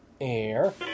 air